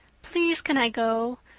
please can i go?